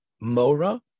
Mora